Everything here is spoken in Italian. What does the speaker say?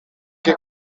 che